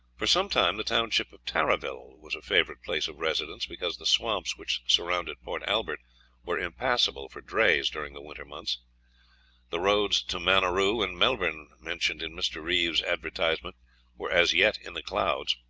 for some time the township of tarraville was a favourite place of residence, because the swamps which surrounded port albert were impassable for drays during the winter months the roads to maneroo and melbourne mentioned in mr. reeve's advertisement were as yet in the clouds.